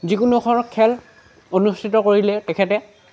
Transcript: যিকোনো এখন খেল অনুষ্ঠিত কৰিলে তেখেতে